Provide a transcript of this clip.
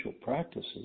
practices